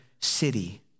city